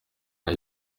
nta